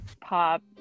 pop